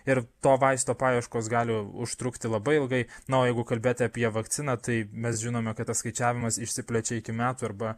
ir to vaisto paieškos gali užtrukti labai ilgai na o jeigu kalbėti apie vakciną tai mes žinome kad tas skaičiavimas išsiplečia iki metų arba